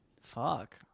Fuck